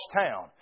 town